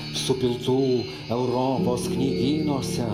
supiltų europos knygynuose